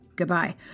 Goodbye